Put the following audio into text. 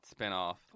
spinoff